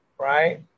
Right